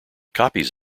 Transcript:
copies